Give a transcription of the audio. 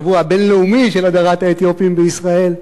שבוע בין-לאומי של הדרת האתיופים בישראל.